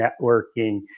networking